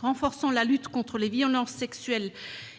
renforçant la lutte contre les violences sexuelles